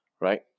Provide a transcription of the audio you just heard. right